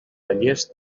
tallers